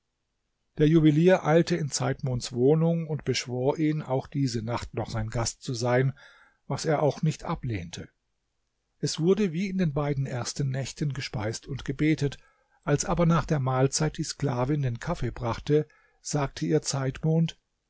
der juwelier eilte in zeitmonds wohnung und beschwor ihn auch diese nacht noch sein gast zu sein was er auch nicht ablehnte es wurde wie in den beiden ersten nächten gespeist und gebetet als aber nach der mahlzeit die sklavin den kaffee brachte sagte ihr zeitmond